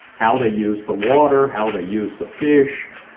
how they use the water, how they use the fish,